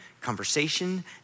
conversation